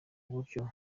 buryo